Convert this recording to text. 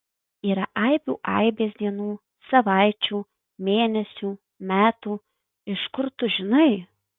yra aibių aibės dienų savaičių mėnesių metų iš kur tu žinai